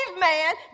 man